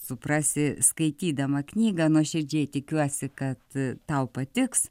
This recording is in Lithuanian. suprasi skaitydama knygą nuoširdžiai tikiuosi kad tau patiks